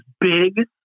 big